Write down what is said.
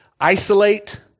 Isolate